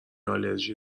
آلرژی